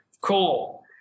Cool